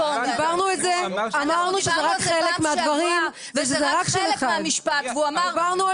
אמרנו שזה רק חלק מהדברים --- אנחנו דיברנו על זה